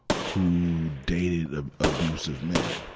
who dated a, abusive men.